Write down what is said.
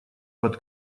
под